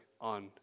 on